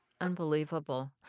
unbelievable